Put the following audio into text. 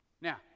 Now